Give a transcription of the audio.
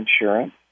insurance